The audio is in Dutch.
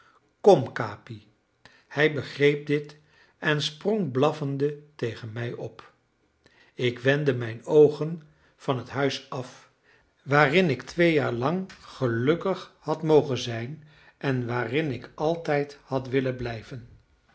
kom capi hij begreep dit en sprong blaffende tegen mij op ik wendde mijn oogen van het huis af waarin ik twee jaar lang gelukkig had mogen zijn en waarin ik altijd had willen blijven